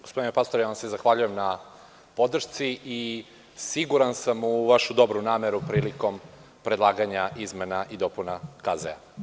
Gospodine Pastor, ja vam se zahvaljujem na podršci i siguran sam u vašu dobru nameru prilikom predlaganja izmena i dopuna KZ.